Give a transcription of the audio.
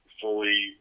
fully